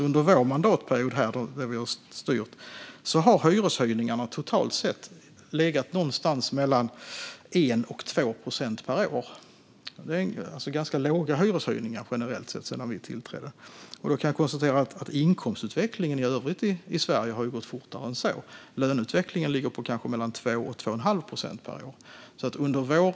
Under vår mandatperiod, då vi har styrt, har hyreshöjningarna totalt sett legat någonstans mellan 1 och 2 procent per år. Det har alltså generellt sett varit ganska små hyreshöjningar sedan vi tillträdde. Inkomstutvecklingen i övrigt i Sverige har ju gått fortare än så; löneutvecklingen ligger på kanske 2-2 1⁄2 procent per år.